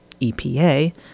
EPA